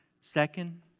Second